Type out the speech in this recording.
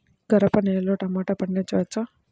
గరపనేలలో టమాటా పండించవచ్చా?